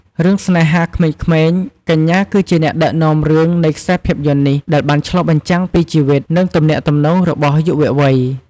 រឿង ស្នេហាក្មេងៗ កញ្ញាគឺជាអ្នកដឹកនាំរឿងនៃខ្សែភាពយន្តនេះ ដែលបានឆ្លុះបញ្ចាំងពីជីវិត និងទំនាក់ទំនងរបស់យុវវ័យ។